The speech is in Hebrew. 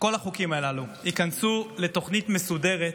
כל החוקים הללו, ייכנסו לתוכנית מסודרת,